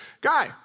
guy